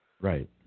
Right